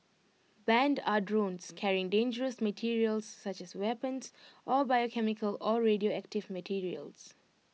banned are drones carrying dangerous materials such as weapons or biochemical or radioactive materials